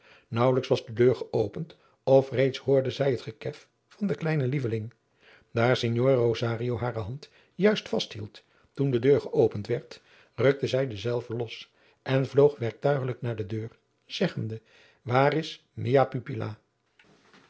naauwelijks was de deur geopend of reeds hoorde zij het gekef van den kleinen lieveling daar signore rosario hare hand juist vasthield toen de deur geopend werd rukte zij dezelve los en vloog werktuigelijk naar de deur zeggende waar is